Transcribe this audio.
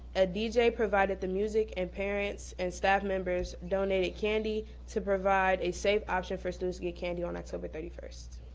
a deejay provided the music, and parents and staff member donated candy to provide a safe option for students to get candy on october thirty first.